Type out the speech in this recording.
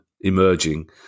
emerging